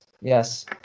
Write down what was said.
Yes